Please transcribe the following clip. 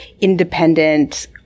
independent